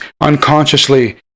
unconsciously